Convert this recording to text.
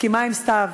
מסכימה עם סתיו,